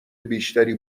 بیشتری